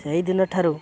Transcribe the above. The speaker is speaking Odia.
ସେହିଦିନଠାରୁ